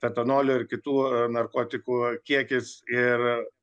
etanolio ir kitų narkotikų kiekis ir